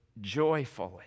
joyfully